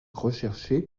recherchée